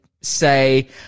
say